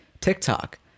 TikTok